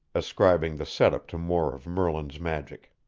ascribing the setup to more of merlin's magic.